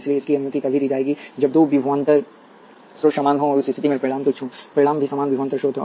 इसलिए इसकी अनुमति तभी दी जाएगी जब दो विभवांतर स्रोत समान हों और उस स्थिति में परिणाम तुच्छ हो परिणाम भी समान विभवांतर स्रोत हो